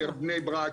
בבני ברק,